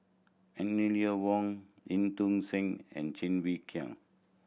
Eleanor Wong En Tong Sen and Cheng Wai Keung